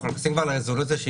אנחנו נכנסים פה לרזולוציה.